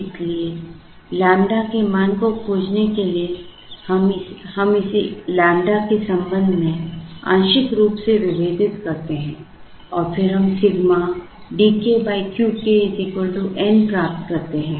इसलिए लैम्ब्डा के मान को खोजने के लिए हम इसे लैम्ब्डा के संबंध में आंशिक रूप से विभेदित करते हैं और फिर हम sigma D k Q k N प्राप्त करते हैं